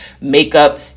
makeup